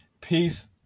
Peace